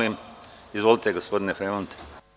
Izvolite, gospodine Fremond.